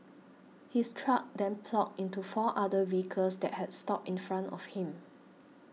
his truck then ploughed into four other vehicles that had stopped in front of him